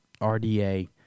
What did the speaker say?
RDA